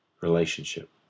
relationship